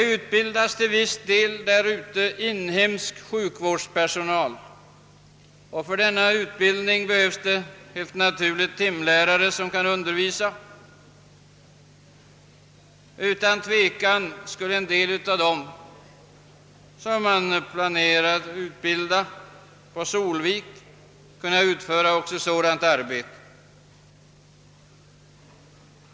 I utvecklingsländerna utbildas till viss del inhemsk sjukvårdspersonal, och för denna utbildning behövs helt naturligt timlärare som kan undervisa i olika ämnen. Utan tvivel skulle en del av dem som man planerar att utbilda på Solviks folkhögskola kunna utföra även sådant arbete.